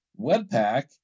Webpack